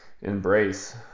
embrace